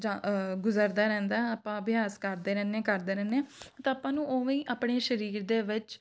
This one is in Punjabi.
ਜਾਂ ਗੁਜ਼ਰਦਾ ਰਹਿੰਦਾ ਆਪਾਂ ਅਭਿਆਸ ਕਰਦੇ ਰਹਿੰਦੇ ਕਰਦੇ ਰਹਿੰਦੇ ਹਾਂ ਤਾਂ ਆਪਾਂ ਨੂੰ ਉਵੇਂ ਹੀ ਆਪਣੇ ਸਰੀਰ ਦੇ ਵਿੱਚ